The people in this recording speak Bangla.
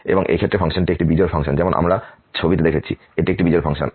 এবং এই ক্ষেত্রে ফাংশনটি একটি বিজোড় ফাংশন যেমন আমরা ছবিতে দেখেছি এটি একটি বিজোড় ফাংশন